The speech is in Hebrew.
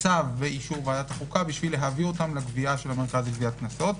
צו באישור ועדת החוקה כדי להביא אותם לגבייה של המרכז לגביית קנסות.